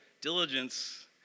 Diligence